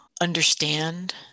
understand